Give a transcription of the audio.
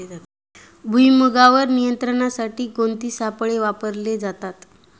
भुईमुगावर नियंत्रणासाठी कोणते सापळे वापरले जातात?